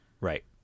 Right